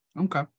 Okay